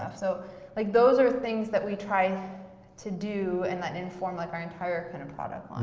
so like those are things that we try to do and that inform like our entire and product line.